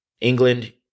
England